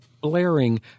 blaring